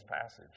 passage